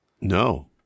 No